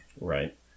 Right